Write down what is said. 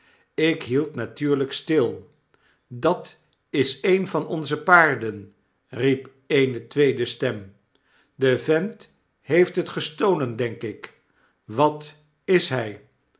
ik meld natuurlijk stil dat is een van onze paarden riep eene tweede stem de vent heeft het gestolen denk ik wat is hy